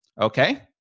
Okay